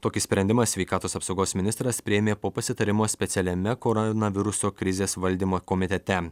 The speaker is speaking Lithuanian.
tokį sprendimą sveikatos apsaugos ministras priėmė po pasitarimo specialiame koronaviruso krizės valdymo komitete